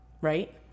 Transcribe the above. right